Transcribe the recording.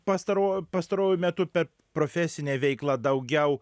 pastaroj pastaruoju metu pe profesinę veiklą daugiau